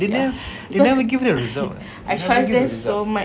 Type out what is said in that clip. ya because I trust them so much